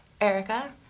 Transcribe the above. Erica